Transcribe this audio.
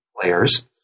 players